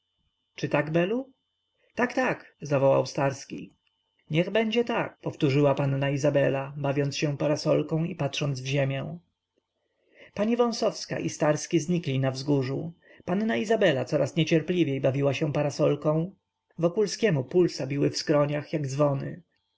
czy tak belu tak tak zawołał starski niech będzie tak powtórzyła panna izabela bawiąc się parasolką i patrząc w ziemię pani wąsowska i starski znikli na wzgórzu panna izabela coraz niecierpliwiej bawiła się parasolką wokulskiemu pulsa biły w skroniach jak dzwony